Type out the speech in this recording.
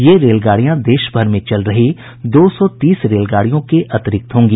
ये रेलगाडियां देशभर में चल रही दो सौ तीस रेलगाड़ियों के अतिरिक्त होंगी